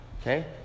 okay